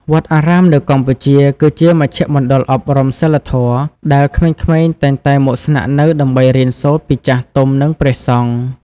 វត្តអារាមនៅកម្ពុជា គឺជាមជ្ឈមណ្ឌលអប់រំសីលធម៌ ដែលក្មេងៗតែងតែមកស្នាក់នៅដើម្បីរៀនសូត្រពីចាស់ទុំ និងព្រះសង្ឃ។